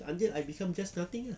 until I become just nothing ah